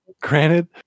granted